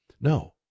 No